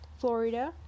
Florida